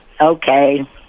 Okay